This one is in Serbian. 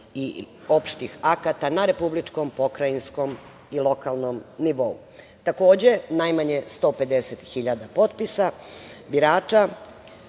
i opštih akata na republičkom, pokrajinskom i lokalnom nivou. Takođe, najmanje 150 hiljada potpisa birača